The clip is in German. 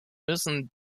müssen